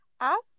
Ask